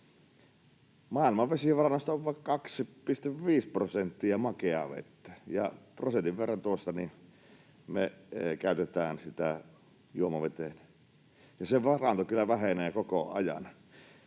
Maailman vesivaroista on vain 2,5 prosenttia makeaa vettä, ja prosentin verran tuosta me käytetään juomavedeksi, ja se varanto kyllä vähenee koko ajan.